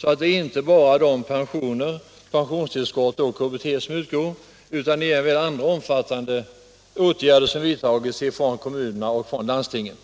Det är alltså inte bara pensioner, pensionstillskott och KBT som utgår utan det är även andra omfattande åtgärder som vidtagits från kommunerna och från landstingen.